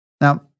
Now